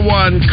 one